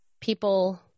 people